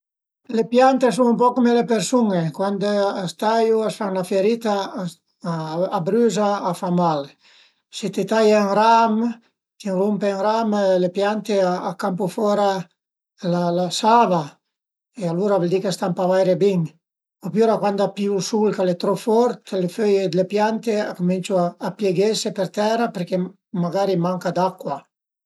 Le piante a sun ën poc cum le persun-e, cuand a s'taiu, a s'fan 'na ferita, a brüza, a fa mal, se t'i taie ën ram, t'ie rumpe ën ram, le piante a campu fora la la sava e alura a völ di ch'a stan pa vaire bin opüra cuand a pìu ël sul ch'al e trop fort le föie d'le piante a cuminciu a pieghese për tera perché magari a i manca d'acua